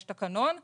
יש תקנון תקני,